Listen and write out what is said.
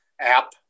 app